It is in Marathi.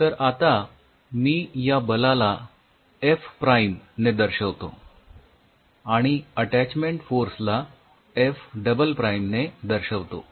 तर आता मी या बलाला एफ प्राईम F' ने दर्शवतो आणि अटॅचमेंट फोर्स ला एफ डबल प्राईम F" ने दर्शवतो